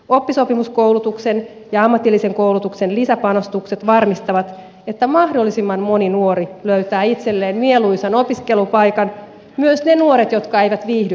oppisopimuskoulutuksen ja ammatillisen koulutuksen lisäpanostukset varmistavat että mahdollisimman moni nuori löytää itselleen mieluisan opiskelupaikan myös ne nuoret jotka eivät viihdy pulpetin ääressä